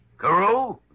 Carew